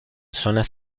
zonas